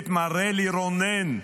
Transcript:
את מר אלי רונן,